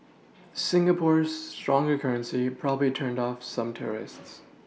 Singapore's stronger currency probably turned off some tourists